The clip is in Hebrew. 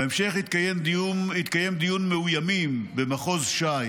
בהמשך התקיים דיון מאוימים במחוז ש"י